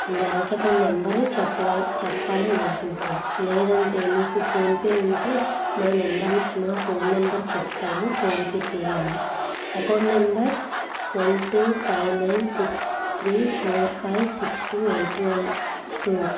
bank account number చెప్పవల్ చెప్పాలని అనుకుంటున్నాం లేదంటే మీకు ఫోన్పే ఉంటే మా నెంబర్ మా ఫోన్ నెంబర్ చెప్తాము ఫోన్పే చేయండి account number one two five nine six three four five six two eight one two